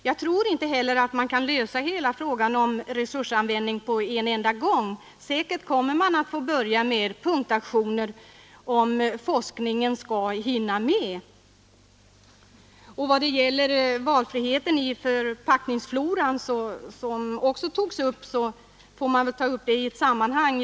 Jag tror inte heller att man kan lösa hela frågan om resursanvändningen på en enda gång. Säkert kommer man att få börja med punktaktioner om forskningen skall kunna hinna med. Beträffande valfriheten i fråga om förpackningsfloran, som också berördes, får man ta upp den saken i ett sammanhang.